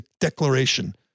declaration